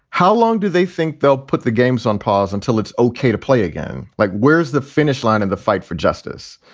how long do they think they'll put the games on pause until it's ok to play again? like, where's the finish line in the fight for justice?